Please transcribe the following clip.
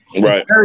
Right